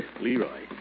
Leroy